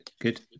good